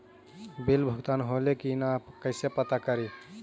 Bill भुगतान होले की न कैसे पता करी?